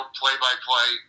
play-by-play